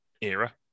era